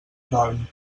dorm